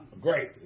great